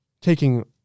Taking